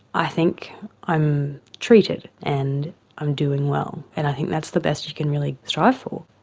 i think i'm treated and i'm doing well, and i think that's the best you can really strive for.